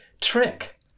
trick